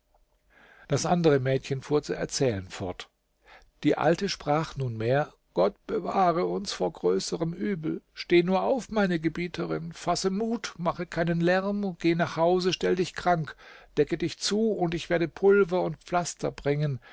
das andere mädchen fuhr zu erzählen fort die alte sprach nunmehr gott bewahre uns vor größerem übel steh nur auf meine gebieterin fasse mut mache keinen lärm geh nach hause stell dich krank decke dich zu und ich werde pulver und pflaster bringen